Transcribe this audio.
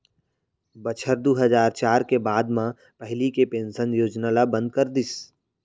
बछर दू हजार चार के बाद म पहिली के पेंसन योजना ल बंद कर दिस